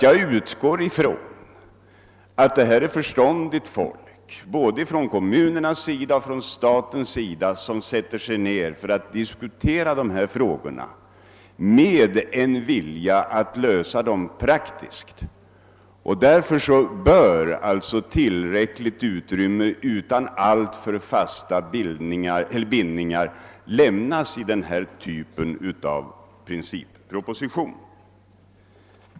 Jag utgår från att det är förståndigt folk, både på den kommunala och på den statliga sidan, som här sätter sig ned för att diskutera dessa frågor, med en vilja att lösa dem på ett praktiskt sätt. Därför bör tillräckligt utrymme lämnas för överläggningar, utan alltför fasta bindningar, när det gäller den här typen av principproposition.